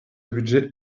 budget